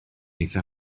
eithaf